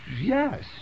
yes